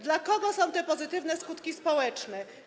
Dla kogo są te pozytywne skutki społeczne?